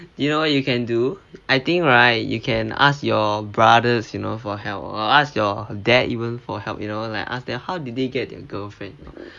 you know what you can do I think right you can ask your brothers you know for help or ask your dad even for help you know like ask them how did they get their girlfriend